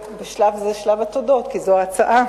שלב זה הוא שלב התודות, כי זו ההצעה.